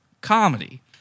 comedy